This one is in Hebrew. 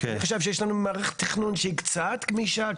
חשבתי שיש לנו מערכת תכנון שהיא קצת גמישה,